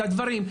את הדברים,